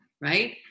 right